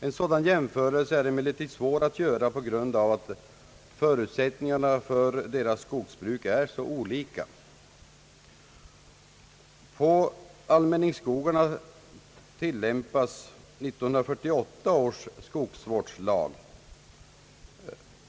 En sådan jämförelse är emellertid svår att göra på grund av att förutsättningarna för skogsbruket här är så olika. Beträffande allmänningsskogarna tilllämpas 1948 års skogsvårdslag.